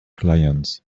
clients